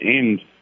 end